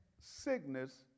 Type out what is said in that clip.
sickness